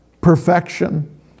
perfection